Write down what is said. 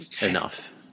enough